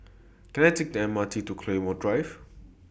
Can I Take The M R T to Claymore Drive